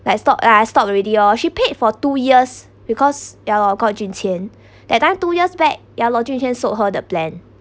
but I stopped uh I stopped already lor she paid for two years because ya loh called jun qian that time two years back yea loh jun qian sold her the plan